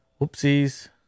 Whoopsies